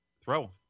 throw